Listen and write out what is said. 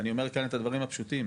אני אומר כאן את הדברים הפשוטים,